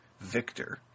victor